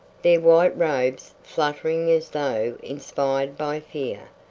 their white robes fluttering as though inspired by fear.